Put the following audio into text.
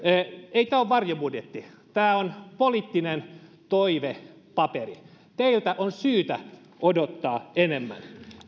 tämä ole varjobudjetti tämä on poliittinen toivepaperi teiltä on syytä odottaa enemmän